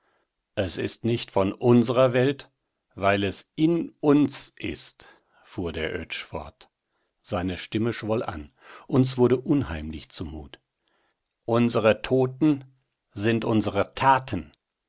es ist nicht von unserer welt weil es in uns ist fuhr der oetsch fort seine stimme schwoll an uns wurde unheimlich zumut unsere toten sind unsere taten